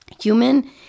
human